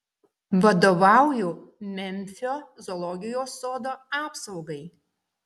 vadovauju memfio zoologijos sodo apsaugai